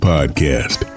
Podcast